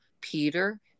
peter